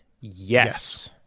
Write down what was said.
Yes